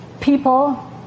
people –